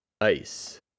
ice